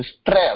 stress